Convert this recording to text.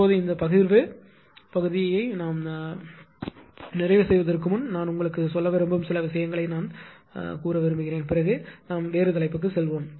இப்போது இந்த பகிர்வு பகுதியை மூடுவதற்கு முன் நான் உங்களுக்கு சொல்ல விரும்பும் சில விஷயங்களை நான் சொல்ல விரும்புகிறேன் பிறகு நாம் வேறு தலைப்புக்கு செல்வோம்